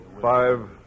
five